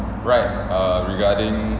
write uh regarding